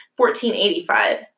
1485